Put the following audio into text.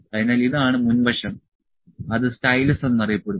അതിനാൽ ഇതാണ് മുൻ വശം അത് സ്റ്റൈലസ് എന്നറിയപ്പെടുന്നു